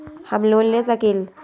हम लोन ले सकील?